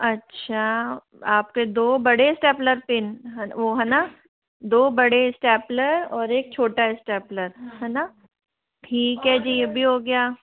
अच्छा आपके दो बड़े स्टेप्लर पिन हो है ना दो बड़े स्टेप्लर और एक छोटा स्टेप्लर है ना ठीक है जी यह भी हो गया